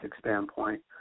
standpoint